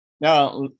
Now